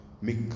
Make